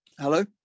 hello